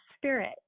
spirit